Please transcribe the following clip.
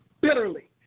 bitterly